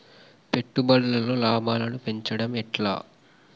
పెట్టుబడులలో లాభాలను పెంచడం ఎట్లా?